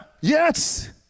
yes